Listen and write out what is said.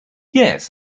yes